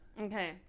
Okay